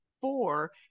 four